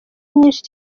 nyinshi